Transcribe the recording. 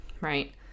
right